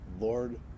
Lord